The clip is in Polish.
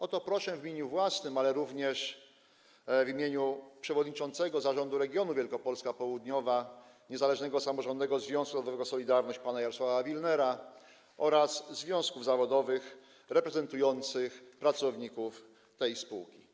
O to proszę w imieniu własnym, ale również w imieniu przewodniczącego Zarządu Regionu Wielkopolska Południowa Niezależnego Samorządnego Związku Zawodowego „Solidarność” pana Jarosława Wilnera oraz związków zawodowych reprezentujących pracowników tej spółki.